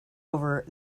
over